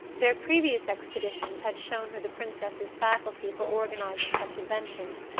their previous expeditions had shown her the princess's faculty for organizing such adventures.